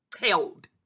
held